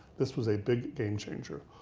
this was a big game changer.